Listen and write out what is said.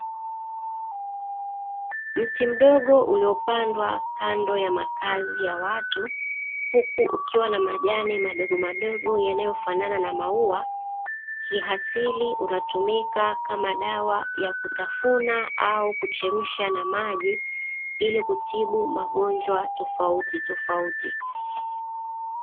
Mti mdogo uliopandwa kando ya makazi ya watu huku ukiwa na majani madogo madogo yanayofanana na maua, kiasili unatumika kama dawa ya kutafuna au kuchemsha na maji ili kutibu magonjwa tofauti tofauti.